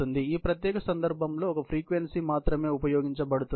కాబట్టి ఈ ప్రత్యేక సందర్భంలో ఒక ఫ్రీక్వెన్సీ మాత్రమే ఉపయోగించబడుతుంది